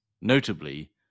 notably